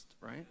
right